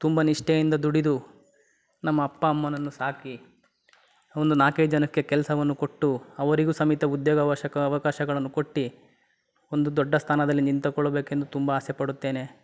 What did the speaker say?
ತುಂಬ ನಿಷ್ಠಯಿಂದ ದುಡಿದು ನಮ್ಮ ಅಪ್ಪ ಅಮ್ಮನನ್ನು ಸಾಕಿ ಒಂದು ನಾಲ್ಕೈದು ಜನಕ್ಕೆ ಕೆಲಸವನ್ನು ಕೊಟ್ಟು ಅವರಿಗೂ ಸಮೇತ ಉದ್ಯೋಗವಶಕ ಅವಕಾಶಗಳನ್ನು ಕೊಟ್ಟು ಒಂದು ದೊಡ್ಡ ಸ್ಥಾನದಲ್ಲಿ ನಿಂತುಕೊಳ್ಳಬೇಕೆಂದ್ ತುಂಬ ಆಸೆಪಡುತ್ತೇನೆ